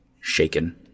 shaken